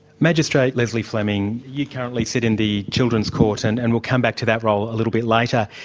magistrate lesley fleming, you currently sit in the children's court, and and we'll come back to that role a little bit later.